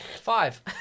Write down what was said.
Five